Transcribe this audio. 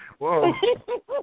Whoa